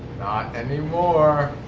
anymore.